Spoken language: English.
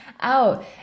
out